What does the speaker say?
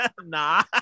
nah